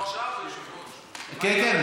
כן, כן.